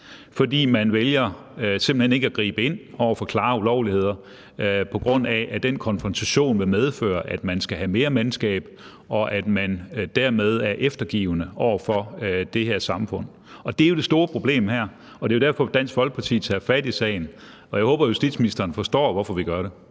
fordi der simpelt hen vælges ikke at gribe ind over for klare ulovligheder, på grund af at den konfrontation vil medføre, at der skal mere mandskab med, og at de derfor er eftergivende over for det her samfund. Det er jo det store problem her, og det er derfor, Dansk Folkeparti tager fat i sagen. Jeg håber, at justitsministeren forstår, hvorfor vi gør det.